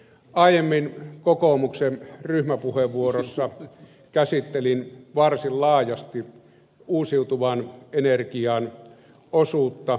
aiemmin kokoomuksen ryhmäpuheenvuorossa käsittelin varsin laajasti uusiutuvan energian osuutta